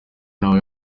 naho